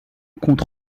compte